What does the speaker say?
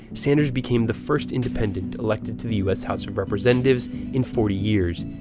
sanders became the first independent elected to the u s. house of representatives in forty years,